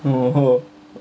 (uh huh)